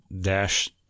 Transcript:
dash